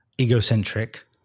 egocentric